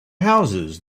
houses